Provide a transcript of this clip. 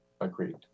Agreed